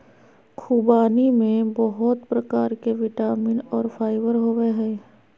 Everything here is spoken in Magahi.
ख़ुबानी में बहुत प्रकार के विटामिन और फाइबर होबय हइ